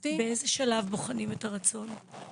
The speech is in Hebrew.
משפטי --- באיזה שלב בוחנים את הרצון?